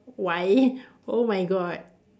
why oh my god